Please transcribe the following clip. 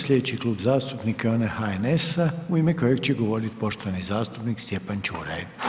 Slijedeći klub zastupnika je onaj HNS-a u ime kojeg će govoriti poštovani zastupnik Stjepan Čuraj.